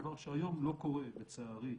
דבר שהיום לא קורה לצערי.